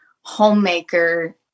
homemaker